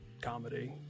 comedy